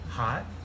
Hot